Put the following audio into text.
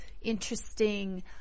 interesting